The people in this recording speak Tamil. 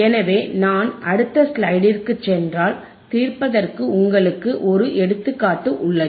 எனவே நான் அடுத்த ஸ்லைடிற்கு சென்றால் தீர்ப்பதற்கு உங்களுக்கு ஒரு எடுத்துக்காட்டு உள்ளது